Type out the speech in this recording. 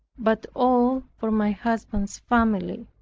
but all for my husband's family.